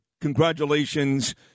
congratulations